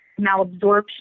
malabsorption